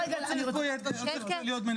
זה לא אותו מבחן.